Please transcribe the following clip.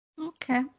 Okay